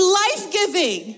life-giving